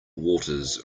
waters